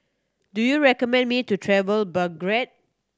do you recommend me to travel Belgrade